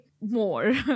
more